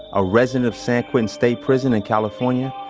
a resident of san quentin state prison in california,